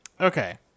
Okay